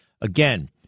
again